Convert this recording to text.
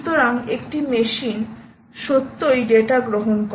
সুতরাং একটি মেশিন সত্যই ডেটা গ্রহণ করে